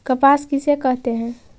कपास किसे कहते हैं?